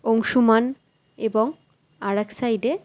অংশুমান এবং আর এক সাইডে